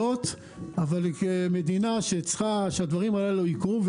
אבל כמדינה שצריכה שהדברים הללו יקרו,